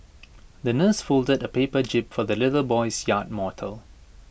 the nurse folded A paper jib for the little boy's yacht motto